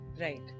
Right